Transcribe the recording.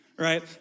Right